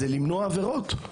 זה למנוע עבירות.